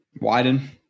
Widen